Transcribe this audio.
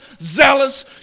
zealous